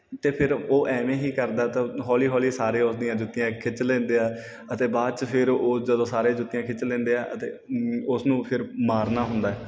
ਅਤੇ ਫਿਰ ਉਹ ਐਵੇਂ ਹੀ ਕਰਦਾ ਤਾਂ ਹੌਲੀ ਹੌਲੀ ਸਾਰੇ ਉਸ ਦੀਆਂ ਜੁੱਤੀਆਂ ਖਿੱਚ ਲੈਂਦੇ ਹੈ ਅਤੇ ਬਾਅਦ 'ਚ ਫਿਰ ਉਹ ਜਦੋਂ ਸਾਰੇ ਜੁੱਤੀਆਂ ਖਿੱਚ ਲੈਂਦੇ ਹੈ ਅਤੇ ਉਸਨੂੰ ਫਿਰ ਮਾਰਨਾ ਹੁੰਦਾ ਹੈ